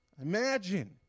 imagine